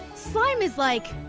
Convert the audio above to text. slime is like,